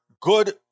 good